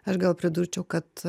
aš gal pridurčiau kad